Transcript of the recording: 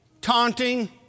taunting